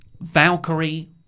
Valkyrie